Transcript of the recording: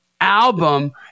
album